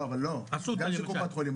לא, הם גם של קופות החולים.